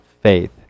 faith